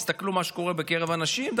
תסתכלו מה קורה בקרב הנשים.